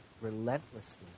relentlessly